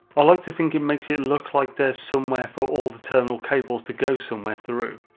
i like to think it makes it look like there's somewhere for all the terminals cables to go somewhere through.